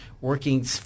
working